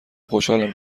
خوشحالم